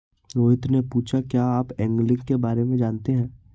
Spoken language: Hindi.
रोहित ने पूछा कि क्या आप एंगलिंग के बारे में जानते हैं?